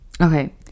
Okay